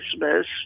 Christmas